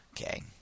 Okay